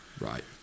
Right